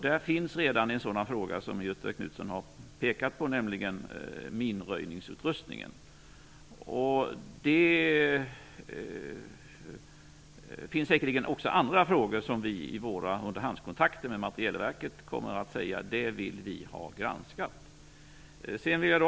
Där finns redan en fråga som Göthe Knutson har nämnt, nämligen minröjningsutrustningen. Det finns säkerligen också andra frågor som vi under våra underhandskontakter med materielverket kommer att begära att få granskade.